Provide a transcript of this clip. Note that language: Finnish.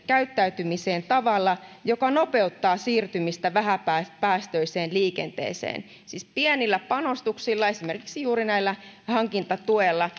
käyttäytymiseen tavalla joka nopeuttaa siirtymistä vähäpäästöiseen liikenteeseen siis pienillä panostuksilla esimerkiksi juuri näillä hankintatuilla